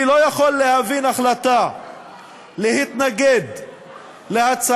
אני לא יכול להבין החלטה להתנגד להצעת